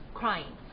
crying